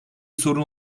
sorun